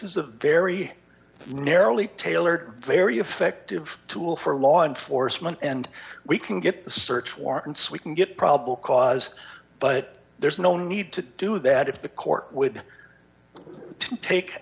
is a very narrowly tailored very effective tool for law enforcement and we can get search warrants we can get probable cause but there's no need to do that if the court would take